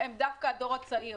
הם דווקא בני הדור הצעיר,